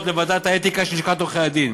לוועדת האתיקה של לשכת עורכי-הדין